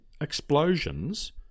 explosions